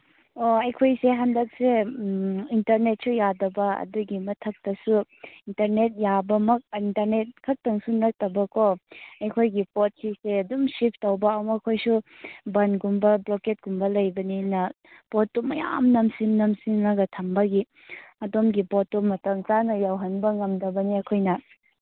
ꯑꯣ ꯑꯩꯈꯣꯏꯁꯦ ꯍꯟꯗꯛꯁꯦ ꯏꯟꯇꯔꯅꯦꯠꯁꯨ ꯌꯥꯗꯕ ꯑꯗꯨꯒꯤ ꯃꯊꯛꯇꯁꯨ ꯏꯟꯇꯔꯅꯦꯠ ꯌꯥꯕꯃꯛ ꯏꯟꯇꯔꯅꯦꯠꯈꯛꯇꯪꯁꯨ ꯅꯠꯇꯕꯀꯣ ꯑꯩꯈꯣꯏꯒꯤ ꯄꯣꯠꯁꯤꯡꯁꯦ ꯑꯗꯨꯝ ꯁꯤꯞ ꯇꯧꯕ ꯑꯃꯨꯛꯈꯣꯏꯁꯨ ꯕꯟꯒꯨꯝꯕ ꯕ꯭ꯂꯣꯀꯦꯠꯀꯨꯝꯕ ꯂꯩꯕꯅꯤꯅ ꯄꯣꯠꯇꯨ ꯃꯌꯥꯝ ꯅꯝꯁꯤꯟ ꯅꯝꯁꯤꯜꯂꯒ ꯊꯝꯕꯒꯤ ꯑꯗꯣꯝꯒꯤ ꯄꯣꯠꯇꯣ ꯃꯐꯝ ꯆꯥꯅ ꯌꯧꯍꯟꯕ ꯉꯝꯗꯕꯅꯦ ꯑꯩꯈꯣꯏꯅ